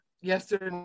yesterday